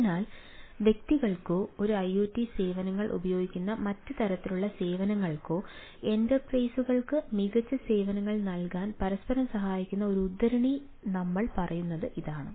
അതിനാൽ വ്യക്തികൾക്കോ ഈ ഐഒടി സേവനങ്ങൾ ഉപയോഗിക്കുന്ന മറ്റ് തരത്തിലുള്ള സേവനങ്ങൾക്കോ എന്റർപ്രൈസുകൾക്ക് മികച്ച സേവനങ്ങൾ നൽകാൻ പരസ്പരം സഹായിക്കുന്ന ഒരു ഉദ്ധരണി ഉദ്ധരണി നമ്മൾ പറയുന്നത് ഇതാണ്